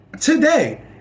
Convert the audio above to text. today